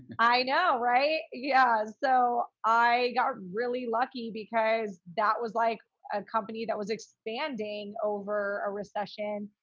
i know. right? yeah. so i got really lucky because that was like a company that was expanding over a recession.